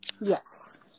Yes